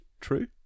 true